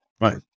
right